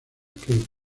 que